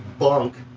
bunk